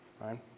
right